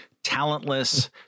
talentless